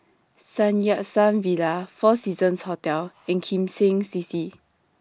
Sun Yat Sen Villa four Seasons Hotel and Kim Seng C C